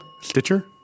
Stitcher